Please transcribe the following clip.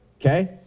okay